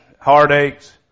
heartaches